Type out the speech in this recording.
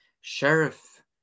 sheriff